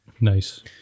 Nice